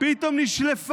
פתאום נשלף